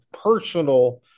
personal